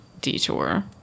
detour